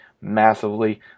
massively